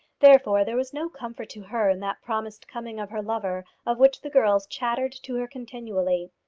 therefore, there was no comfort to her in that promised coming of her lover of which the girls chattered to her continually.